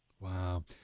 Wow